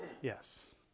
Yes